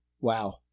Wow